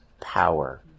power